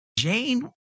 Jane